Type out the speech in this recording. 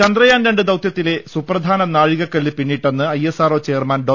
ചന്ദ്രയാൻ രണ്ട് ദൌതൃത്തിലെ സുപ്രധാന നാഴികക്കല്ല് പിന്നിട്ടെന്ന് ഐഎസ്ആർഒ ചെയർമാൻ ഡോ